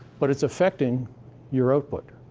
but it's affecting your output,